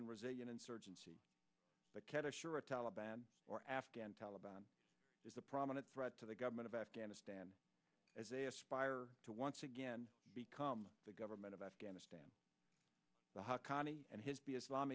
and resilient insurgency the quetta shura taliban or afghan taliban is a prominent threat to the government of afghanistan as a aspire to once again become the government of afghanistan the hakani and his be islam